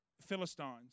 Philistines